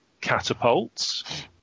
catapults